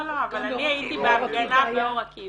לא, לא, אבל אני הייתי בהפגנה באור עקיבא.